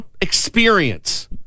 experience